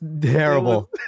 terrible